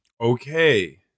Okay